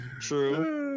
True